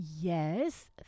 Yes